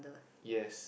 yes